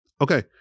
Okay